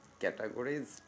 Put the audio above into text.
categorized